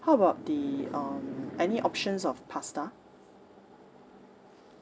nineteen ninety okay how about the um any options of pasta